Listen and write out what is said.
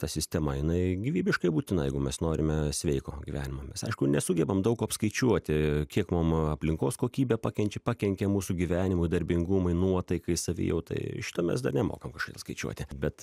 ta sistema jinai gyvybiškai būtina jeigu mes norime sveiko gyvenimo mes aišku nesugebam daug ko apskaičiuoti kiek mum aplinkos kokybė pakenčė pakenkė mūsų gyvenimui darbingumui nuotaikai savijautai šito mes dar nemokam kažkodėl skaičiuoti bet